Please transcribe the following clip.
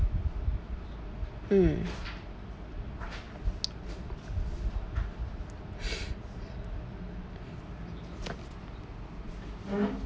mm